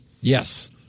Yes